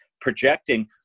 projecting